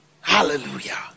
Hallelujah